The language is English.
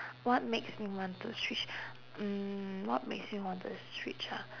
what makes me want to switch mm what makes me want to switch ah